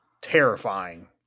terrifying